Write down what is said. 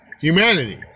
Humanity